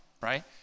right